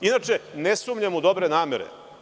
Inače, ne sumnjam u dobre namere.